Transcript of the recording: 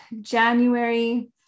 January